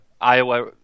Iowa